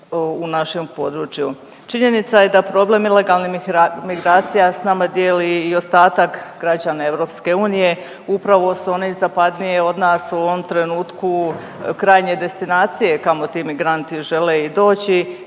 u našem području. Činjenica je da problem ilegalnih migracija sa nama dijeli i ostatak građana EU. Upravo su one zapadnije od nas u ovom trenutku krajnje destinacije kamo ti migranti žele i doći.